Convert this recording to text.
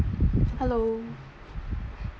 hello